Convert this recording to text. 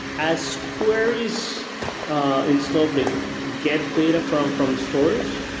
as queries in snowflake get data from from storage,